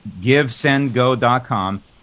givesendgo.com